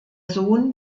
sohn